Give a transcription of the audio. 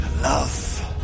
love